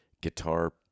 guitar